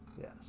Yes